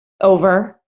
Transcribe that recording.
over